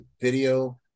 video